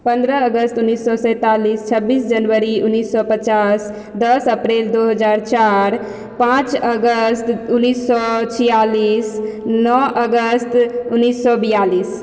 पन्द्रह अगस्त उन्नैस सए सैंतालिस छब्बीस जनवरी उन्नैस सए पचास दस अप्रिल दो हजार चारि पाँच अगस्त उन्नैस सए छिआलिस नओ अगस्त उन्नैस सए बिआलिस